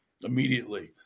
immediately